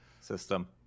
system